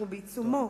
אנחנו בעיצומו,